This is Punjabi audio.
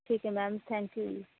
ਠੀਕ ਹੈ ਮੈਮ ਥੈਂਕਯੂ ਜੀ